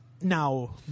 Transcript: now